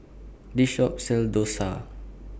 This Shop sells Dosa